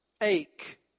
ache